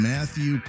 Matthew